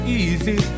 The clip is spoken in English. easy